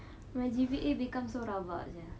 my G_P_A become so rabak sia